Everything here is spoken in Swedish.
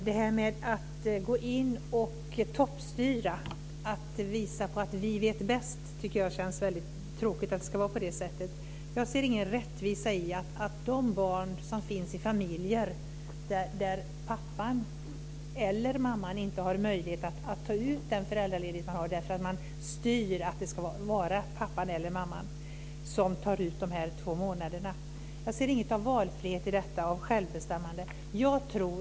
Fru talman! Att gå in och toppstyra och visa att vi vet bäst, tycker jag känns väldigt tråkigt. Jag ser ingen rättvisa i detta för de familjer där pappan eller mamman inte har möjlighet att ta ut sin föräldraledighet därför att man styr att det ska vara pappan eller mamman som tar ut dessa två månader. Jag ser ingen valfrihet och inget självbestämmande i detta.